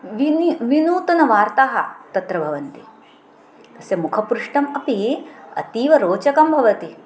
विना नूतनवार्ताः तत्र भवन्ति तस्य मुख्यपृष्टम् अपि अतीव रोचकं भवति